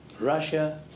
Russia